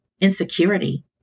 insecurity